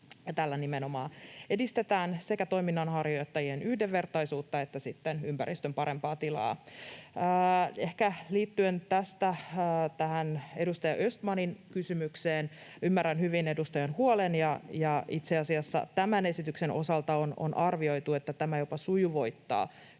tällä nimenomaan edistetään sekä toiminnanharjoittajien yhdenvertaisuutta että sitten ympäristön parempaa tilaa. Ehkä liittyen tähän edustaja Östmanin kysymykseen: Ymmärrän hyvin edustajan huolen, ja itse asiassa tämän esityksen osalta on arvioitu, että tämä jopa sujuvoittaa